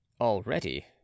Already